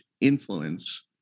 influence